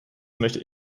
möchte